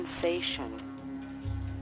sensation